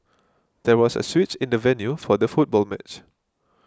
there was a switch in the venue for the football match